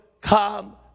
come